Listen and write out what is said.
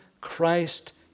Christ